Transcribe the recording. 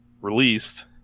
released